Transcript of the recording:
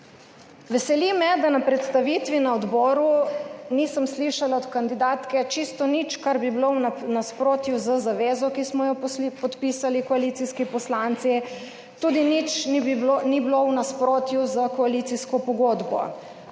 Veseli me, da na predstavitvi na odboru nisem slišala od kandidatke čisto nič, kar bi bilo v nasprotju z zavezo, ki smo jo podpisali koalicijski poslanci, tudi nič ni bilo v nasprotju s koalicijsko pogodbo.